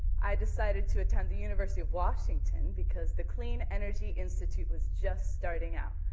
i decided to attend the university of washington because the clean energy institute was just starting up,